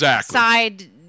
side